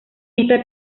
esta